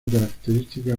característica